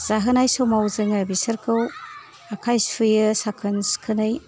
जाहोनाय समाव जोङो बिसोरखौ आखाय सुहोयो साखोन सिखोनै